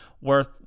worth